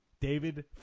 David